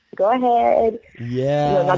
go ahead. yeah,